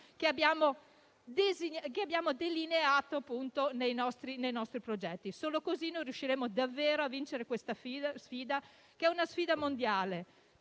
che abbiamo delineato nei nostri progetti. Solo così riusciremo davvero a vincere questa sfida, che è mondiale.